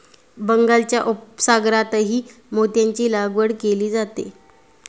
बंगालच्या उपसागरातही मोत्यांची लागवड केली जाते